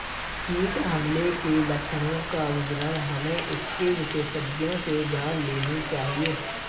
कीट हमले के लक्षणों का विवरण हमें इसके विशेषज्ञों से जान लेनी चाहिए